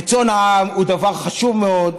רצון העם הוא דבר חשוב מאוד,